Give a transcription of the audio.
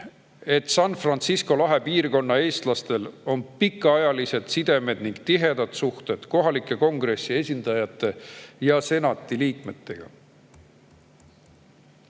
et San Francisco lahe piirkonna eestlastel on pikaajalised sidemed ning tihedad suhted kohalike Kongressi esindajate ja Senati